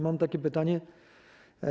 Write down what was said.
Mam takie pytania.